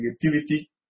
creativity